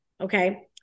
okay